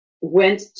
went